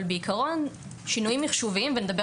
אבל בעקרון לשינויים מחשוביים ונדבר